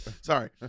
Sorry